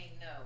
no